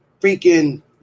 freaking